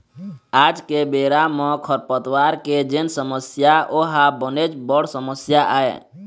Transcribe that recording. आज के बेरा म खरपतवार के जेन समस्या ओहा बनेच बड़ समस्या आय